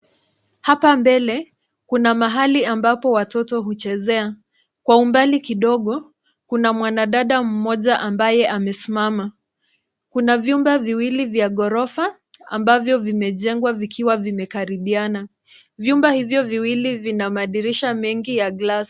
Hapa mbele kuna mahali ambapo watoto huchezea. Kwa umbali kidogo kuna mwanadada mmoja ambaye amesimama. Kuna vyumba viwili vya ghorofa ambavyo vimejengwa vikiwa vimekaribiana. Vyumba hivyo viwili vina madirisha mengi ya (cs)glass(cs).